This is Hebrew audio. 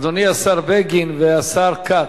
אדוני השר בגין והשר כץ,